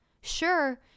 Sure